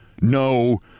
No